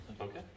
Okay